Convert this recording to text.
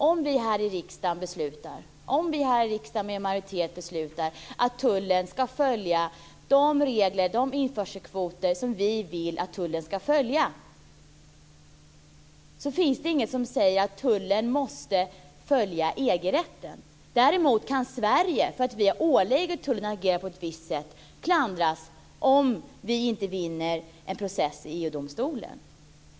Om vi här i riksdagen med majoritet beslutar att tullen ska följa de införselkvoter som vi vill ha, så finns det inget som säger att tullen i stället ska följa EG-rätten. Däremot kan Sverige klandras för att vi har ålagt tullen att agera på ett visst sätt, om vi inte vinner en process i EU-domstolen.